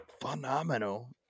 phenomenal